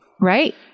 Right